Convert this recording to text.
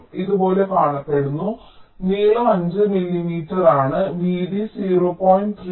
wire ഇതുപോലെ കാണപ്പെടുന്നു നീളം 5 മില്ലീമീറ്ററാണ് വീതി 0